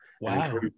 wow